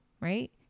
right